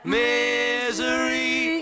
misery